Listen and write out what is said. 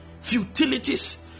futilities